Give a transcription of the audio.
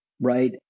right